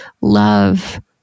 love